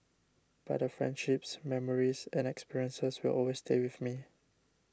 but the friendships memories and experiences will always stay with me